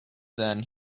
then